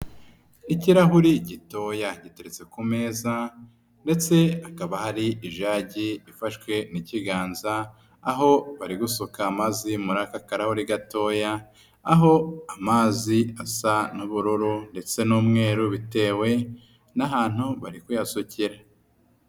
Ikirahuri gitoya giteretse ku meza ndetse hakaba hari ijagi ifashwe n'ikiganza, aho bari gusuka amazi muri aka karahuri gatoya, aho amazi asa n'ubururu ndetse n'umweru bitewe n'ahantu bari kuyasukira.